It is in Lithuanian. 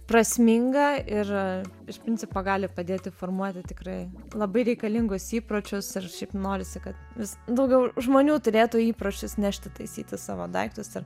prasminga ir iš principo gali padėti formuoti tikrai labai reikalingus įpročius ir šiaip norisi kad vis daugiau žmonių turėtų įpročius nešti taisyti savo daiktus ir